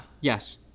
Yes